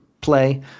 play